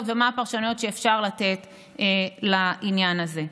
ומה הפרשנויות שאפשר לתת לעניין הזה.